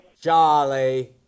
Charlie